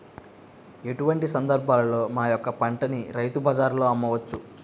ఎటువంటి సందర్బాలలో మా యొక్క పంటని రైతు బజార్లలో అమ్మవచ్చు?